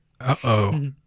Uh-oh